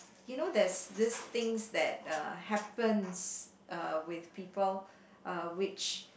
you know there's these things that uh happens uh with people uh which